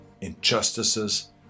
injustices